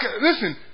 Listen